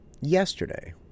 Yesterday